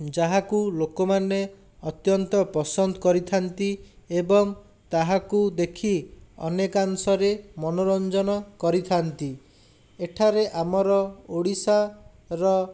ଯାହାକୁ ଲୋକମାନେ ଅତ୍ୟନ୍ତ ପସନ୍ଦ କରିଥାନ୍ତି ଏବଂ ତାହାକୁ ଦେଖି ଅନେକାଂଶରେ ମନୋରଞ୍ଜନ କରିଥାନ୍ତି ଏଠାରେ ଆମର ଓଡ଼ିଶାର